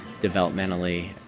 developmentally